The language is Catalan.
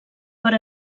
per